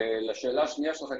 ולשאלה השנייה שלך,